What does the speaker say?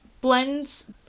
blends